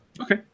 Okay